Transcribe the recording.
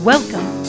Welcome